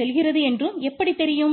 செல்கிறது என்றும் எப்படி தெரியும்